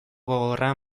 gogorra